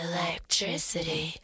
Electricity